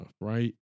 right